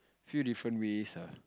few different ways ah